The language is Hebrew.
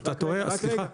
אז אתה טועה, סליחה.